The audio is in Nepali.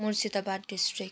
मुर्सिदाबाद डिस्ट्रिक